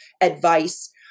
advice